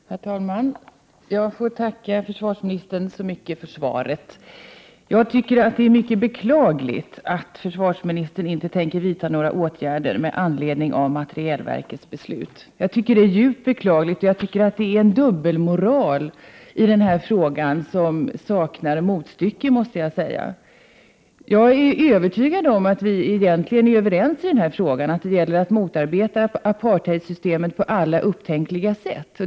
Herr talman! Jag får tacka försvarsministern så mycket för svaret. Jag tycker att det är mycket beklagligt att försvarsministern inte tänker vidta några åtgärder med anledning av materielverkets beslut. Jag tycker att det är djupt beklagligt, och jag tycker att det visar en dubbelmoral i den här frågan som saknar motstycke, måste jag säga. Jag är övertygad om att vi egentligen är överens i den här frågan, att det gäller att motarbeta apartheidsystemet på alla upptänkliga sätt.